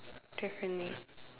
differently